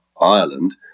Ireland